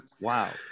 wow